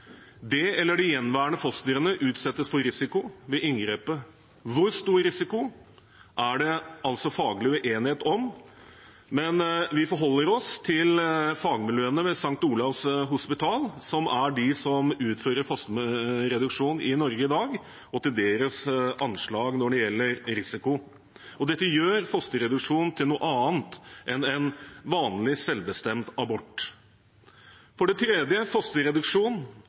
Det eller de gjenværende fostrene utsettes for risiko ved inngrepet – hvor stor risiko er det altså faglig uenighet om, men vi forholder oss til fagmiljøene ved St. Olavs hospital, som er de som utfører fosterreduksjoner i Norge i dag, og til deres anslag når det gjelder risiko. Dette gjør fosterreduksjon til noe annet enn en vanlig selvbestemt abort. For det tredje: Fosterreduksjon